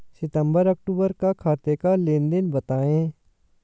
सितंबर अक्तूबर का खाते का लेनदेन बताएं